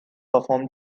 perform